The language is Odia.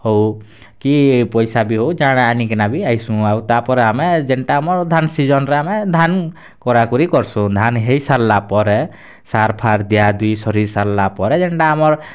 ହଉ କି ପଇସା ବି ହଉ ଯାଣା ଆଣିକିନା ବି ଆଇସୁଁ ଆଉ ତା'ପରେ ଆମେ ଯେନଟା ଆମର୍ ଧାନ୍ ସିଜନ୍ରେ ଆମେ ଧାନ୍ କରାକୁରି କରସୁଁ ଧାନ୍ ହେଇସାରଲା ପରେ ସାର୍ ଫାର୍ ଦିଆ ଦୁଇ ସରି ସାରଲାପରେ ଯେନଟା ଆମର୍